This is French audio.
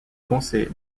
conseil